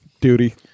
Duty